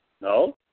No